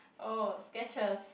oh Sketchers